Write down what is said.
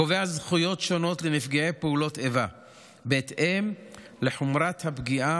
קובע זכויות שונות לנפגעי פעולות איבה בהתאם לחומרת הפגיעה.